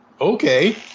okay